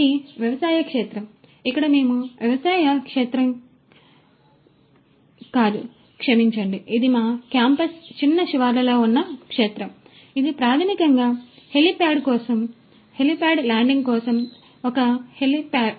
ఇది ఈ వ్యవసాయ క్షేత్రం ఇక్కడ మేము వ్యవసాయ క్షేత్రం కాదు క్షమించండి ఇది మా క్యాంపస్కు చిన్న శివార్లలో ఉన్న క్షేత్రం ఇది ప్రాథమికంగా హెలిప్యాడ్ కోసం ఇది హెలికాప్టర్ ల్యాండింగ్ కోసం ఒక హెలిప్యాడ్